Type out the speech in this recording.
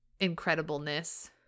incredibleness